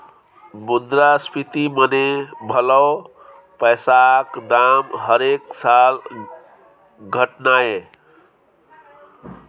मुद्रास्फीति मने भलौ पैसाक दाम हरेक साल घटनाय